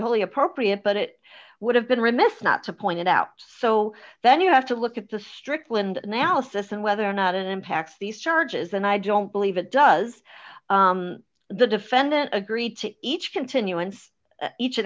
wholly appropriate but it would have been remiss not to point it out so then you have to look at the strickland analysis and whether or not it impacts these charges and i don't believe it does the defendant agreed to each continuance each and